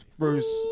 first